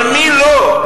אבל מי לא?